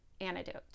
antidote